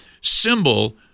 symbol